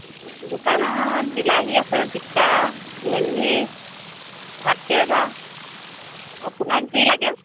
দোকানত বিলাহী আছে জিকা ভেণ্ডি ভাত কেৰেলা আপোনাক যি লাগে